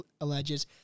alleges